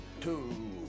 Two